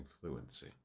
fluency